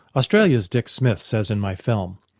australia's dick smith says in my film,